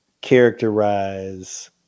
characterize